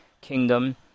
Kingdom